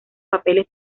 papeles